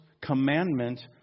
commandment